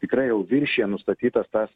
tikrai jau viršija nustatytas tas